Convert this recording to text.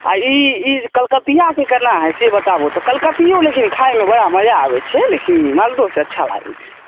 आ ई ई जे कलकतिआके केना हय से बताबु तऽ कलकतिओ लेकिन खायमे बड़ा मजा आबैत छै लेकिन मालदहो से अच्छा लागैत छै